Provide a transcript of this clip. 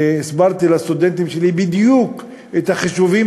הסברתי לסטודנטים שלי בדיוק את החישובים